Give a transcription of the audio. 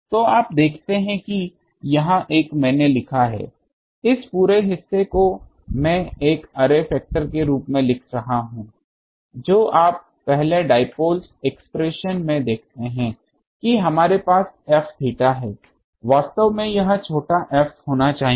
तो आप देखते हैं कि यह एक मैंने लिखा है कि इस पूरे हिस्से को मैं एक अर्रे फैक्टर के रूप में लिख रहा हूं जो आप पहले डाईपोल्स एक्सप्रेशन में देखते हैं कि हमारे पास Fθ है वास्तव में यह छोटा f होना है